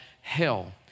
Hell